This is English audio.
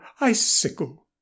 icicle